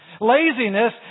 Laziness